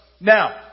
Now